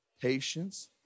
patience